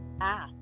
ask